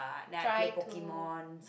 try to